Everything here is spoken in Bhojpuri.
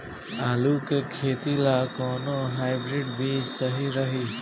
आलू के खेती ला कोवन हाइब्रिड बीज सही रही?